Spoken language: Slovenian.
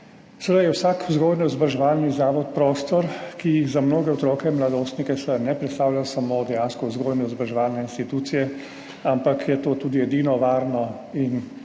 Seveda je vsak vzgojno-izobraževalni zavod prostor, ki za mnoge otroke in mladostnike ne predstavlja samo dejanske vzgojno-izobraževalne institucije, ampak je to tudi edino varno in